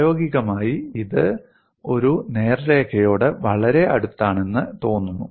പ്രായോഗികമായി ഇത് ഒരു നേർരേഖയോട് വളരെ അടുത്താണെന്ന് തോന്നുന്നു